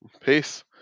Peace